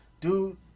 dude